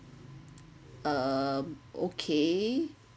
uh okay